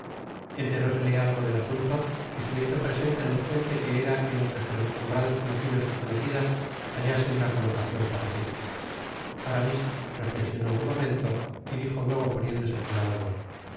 enterósele algo del asunto y se le hizo presenle lo urjente que era que entre sus encumbrados conocidos y conocidas hallase una colocacion para ketty aramis reflexionó un momento y dijo luego poniéndose colorado